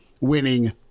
winning